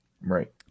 Right